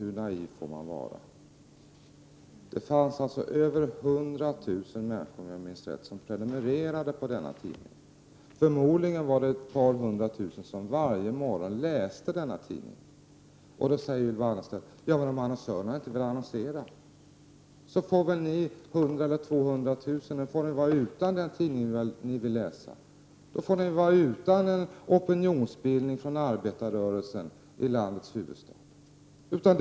Om jag minns rätt prenumererade över 100 000 människor på denna tidning. Förmodligen var det omkring 200 000 människor som varje morgon läste denna tidning. Då säger Ylva Annerstedt att om annonsörerna inte ville annonsera så får väl de 100 000 eller 200 000 människor som läser denna tidning vara utan den. Då får de vara utan en opinionsbildning från arbetarrörelsen i landets huvudstad.